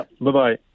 Bye-bye